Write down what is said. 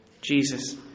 Jesus